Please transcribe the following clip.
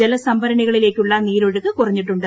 ജലസംഭരണിയിലേക്കുള്ള നീരൊഴുക്ക് കുറഞ്ഞിട്ടുണ്ട്